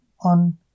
on